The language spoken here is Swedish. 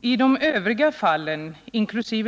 I de övriga fallen, inkl.